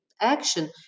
action